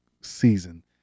season